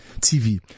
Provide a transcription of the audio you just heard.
TV